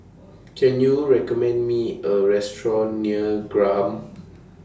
Can YOU recommend Me A Restaurant near Graham